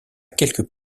quelques